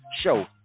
show